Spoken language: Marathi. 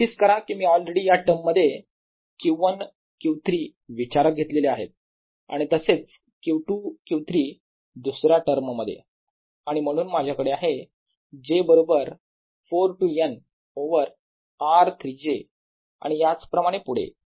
नोटीस करा की मी ऑलरेडी या टर्ममध्ये Q1 Q3 विचारात घेतलेले आहेत आणि तसेच Q2 Q3 दुसऱ्या टर्ममध्ये आणि म्हणून माझ्याकडे आहे j बरोबर 4 ते N ओवर r 3 j आणि याच प्रमाणे पुढे